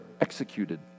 executed